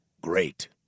great